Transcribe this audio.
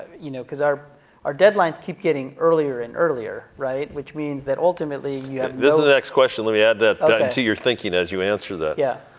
you know cause our our deadlines keep getting earlier and earlier, right? which means that ultimately, you have this is the next question. let me add that into your thinking as you answer that. yeah.